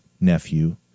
nephew